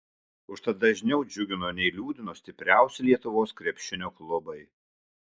užtat dažniau džiugino nei liūdino stipriausi lietuvos krepšinio klubai